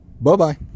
Bye-bye